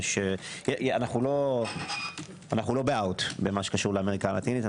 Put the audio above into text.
אנו לא באאוט בכל הקשור לאמריקה הלטינית.